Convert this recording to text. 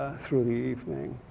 through the evening.